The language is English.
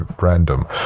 random